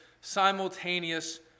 simultaneous